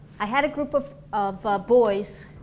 i had a group of of boys,